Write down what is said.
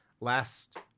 last